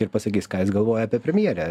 ir pasakys ką jis galvoja apie premjerę